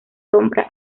sombra